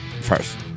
first